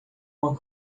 uma